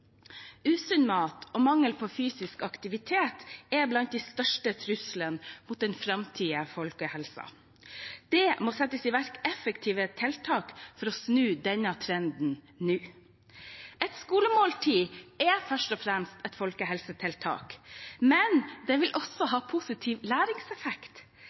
Usunn mat og mangel på fysisk aktivitet er blant de største truslene mot den framtidige folkehelsen. Det må settes i verk effektive tiltak for å snu denne trenden nå. Et skolemåltid er først og fremst et folkehelsetiltak, men det vil også ha positiv læringseffekt.